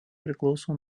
priklauso